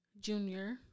Junior